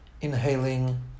inhaling